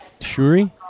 Shuri